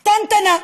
קטנטנה: